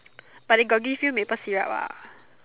but they got give you maple syrup ah